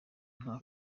nta